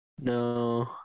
No